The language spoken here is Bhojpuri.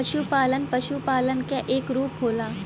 पसुपालन पसुपालन क एक रूप होला